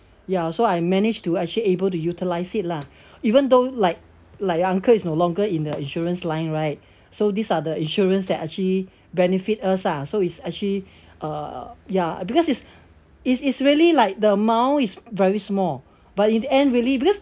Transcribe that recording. ya so I managed to actually able to utilise it lah even though like like uncle is no longer in the insurance line right so these are the insurance that actually benefit us lah so it's actually uh ya because it's it's it's really like the amount is very small but in the end really because